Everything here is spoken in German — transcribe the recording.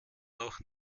noch